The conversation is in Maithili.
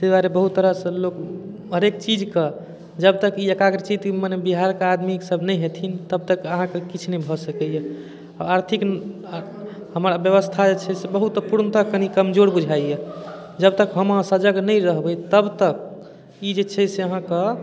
तै दुआरे बहुत तरहसँ लोक हरेक चीजके जब तक ई एकाग्रचित मने बिहारके आदमी सब नहि हेथिन तबतक अहाँके किछु नहि भए सकैय आर्थिक हमर व्यवस्था जे छै से बहुत पूर्णतः कनी कमजोर बुझाइय जबतक हम अहाँ सजग नहि रहबै तबतक ई जे छै से अहाँके